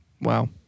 Wow